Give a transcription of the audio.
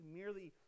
merely